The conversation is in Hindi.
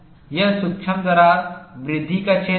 यह सूक्ष्म दरार वृद्धि का क्षेत्र है